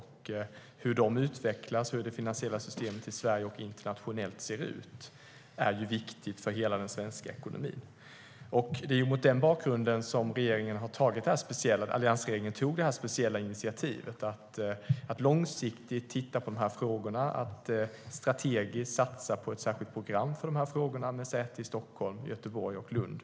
Hur de utvecklas och hur det finansiella systemet i Sverige och internationellt ser ut är viktigt för hela den svenska ekonomin. Det var mot den bakgrunden som alliansregeringen tog det speciella initiativet att långsiktigt titta på de här frågorna och att strategiskt satsa på ett särskilt program för dem med säte i Stockholm, Göteborg och Lund.